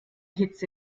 hitze